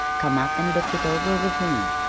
come up and look it over with me,